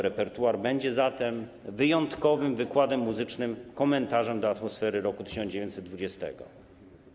Repertuar będzie zatem wyjątkowym wykładem muzycznym, komentarzem do atmosfery roku 1920.